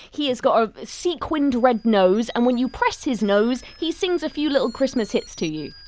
he has got a sequinned red nose and when you press his nose he sings a few little christmas hits to you